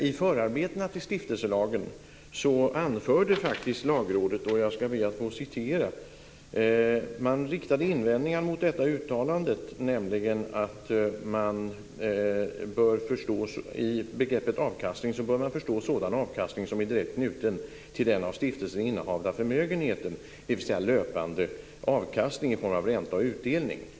I förarbetena till stiftelselagen riktade Lagrådet invändningar mot uttalandet att man i begreppet avkastning bör förstå sådan avkastning som är direkt knuten till den av stiftelsen innehavda förmögenheten, dvs. löpande avkastning i form av ränta och utdelning.